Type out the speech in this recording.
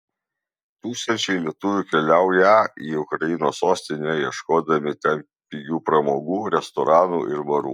tūkstančiai lietuvių keliaują į ukrainos sostinę ieškodami ten pigių pramogų restoranų ir barų